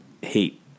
hate